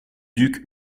duc